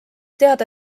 teada